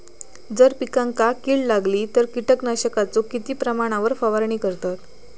जर पिकांका कीड लागली तर कीटकनाशकाचो किती प्रमाणावर फवारणी करतत?